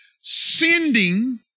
sending